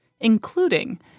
including